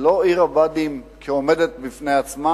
לא עיר הבה"דים כעומדת בפני עצמה,